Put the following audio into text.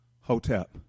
hotep